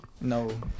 No